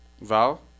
Val